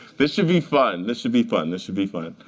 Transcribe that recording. this should be fun. this should be fun. this should be fun.